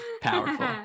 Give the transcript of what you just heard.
powerful